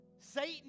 Satan